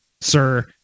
sir